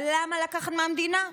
אבל למה לקחת מהמדינה?